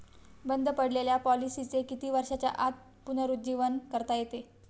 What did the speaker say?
बंद पडलेल्या पॉलिसीचे किती वर्षांच्या आत पुनरुज्जीवन करता येते?